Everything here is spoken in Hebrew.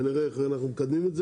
ונראה איך אנחנו מקדמים את זה.